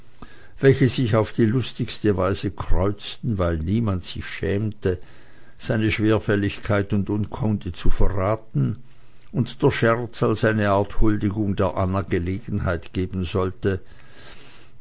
welche sich auf die lustigste weise kreuzten weil niemand sich schämte seine schwerfälligkeit und unkunde zu verraten und der scherz als eine art huldigung der anna gelegenheit geben sollte